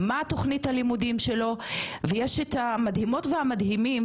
מה תוכנית הלימודים שלו ויש את המדהימות והמדהימים,